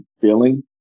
feeling